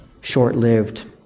short-lived